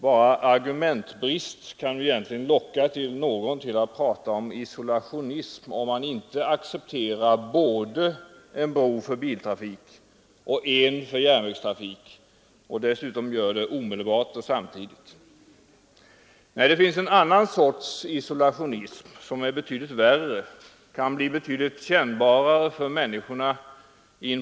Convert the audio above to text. Bara argumentbrist kan locka någon att prata om isolationism, om man inte accepterar både en bro för biltrafik och en för järnvägstrafik och dessutom gör det omedelbart och samtidigt. Nej, det finns en annan sorts isolationism som är betydligt värre och kan bli betydligt kännbarare för människorna.